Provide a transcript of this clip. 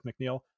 McNeil